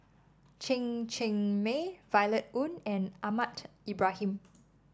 Chen Cheng Mei Violet Oon and Ahmad Ibrahim